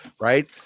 right